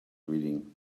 reading